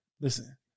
listen